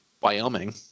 Wyoming